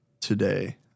today